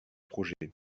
projets